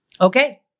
okay